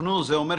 אני חושב